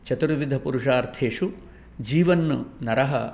चतुर्विधपुरुषार्थेषु जीवन् नरः